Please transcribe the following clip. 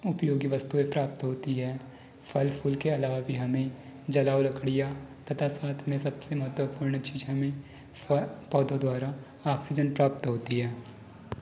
उपयोगी वस्तुएँ प्राप्त होती हैं फल फूल के अलावा भी हमें जलाऊ लकड़ियाँ तथा साथ में सबसे महत्वपूर्ण चीज़ हमें पौधों द्वारा ऑक्सीजन प्राप्त होती है